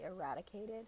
eradicated—